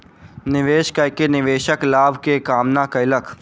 निवेश कय के निवेशक लाभ के कामना कयलक